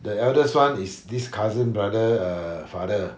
the eldest one is this cousin brother err father